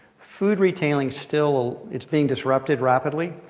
food retailing, still, it's being disrupted rapidly.